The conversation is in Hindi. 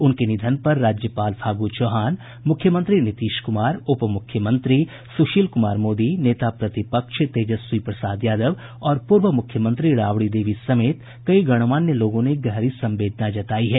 उनके निधन पर राज्यपाल फागू चौहान मुख्यमंत्री नीतीश कुमार उपमुख्यमंत्री सुशील कुमार मोदी नेता प्रतिपक्ष तेजस्वी प्रसाद यादव और पूर्व मुख्यमंत्री राबड़ी देवी समेत कई गणमान्य लोगों ने गहरी संवेदना जतायी है